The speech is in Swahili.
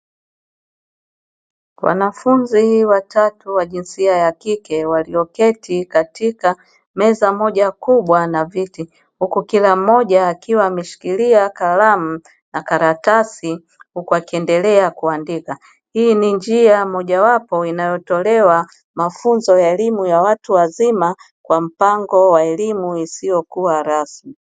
Wanafunzi watatu wa jinsia ya kike walioketi katika meza moja kubwa na viti huku kila mmoja akiwa ameshikilia kalamu na karatasi huku akiendelea kuandika hii ni njia mojawapo inayotolewa mafunzo ya elimu ya watu wazima kwa mpango wa elimu isiyokuwa rasmi.